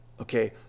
okay